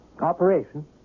Operation